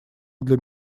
для